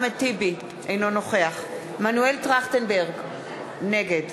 אינו נוכח מנואל טרכטנברג, נגד